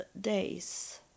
days